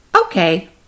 Okay